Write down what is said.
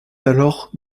alors